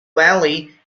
valley